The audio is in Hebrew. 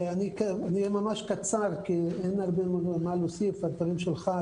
אהיה ממש קצר כי אין הרבה מה להוסיף על הדברים שלך,